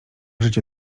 życie